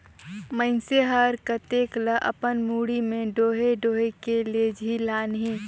मइनसे हर कतेक ल अपन मुड़ी में डोएह डोएह के लेजही लानही